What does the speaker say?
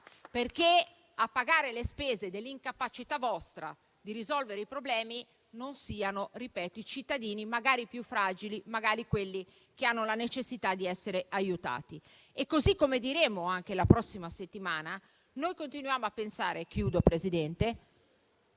perché a pagare le spese della vostra incapacità di risolvere i problemi non siano i cittadini, magari i più fragili, magari quelli che hanno la necessità di essere aiutati. Così come diremo anche la prossima settimana, noi continuiamo a pensare che la risoluzione